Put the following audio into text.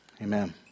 Amen